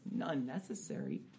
unnecessary